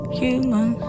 human